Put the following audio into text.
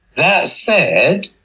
that said,